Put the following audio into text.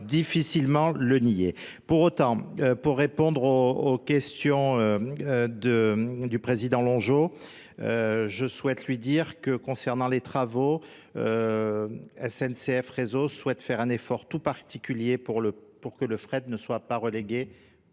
difficilement le nier. Pour autant, pour répondre aux questions du président Longiot, je souhaite lui dire que concernant les travaux, SNCF Réseau souhaite faire un effort tout particulier pour que le fret ne soit pas relégué